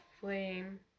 flame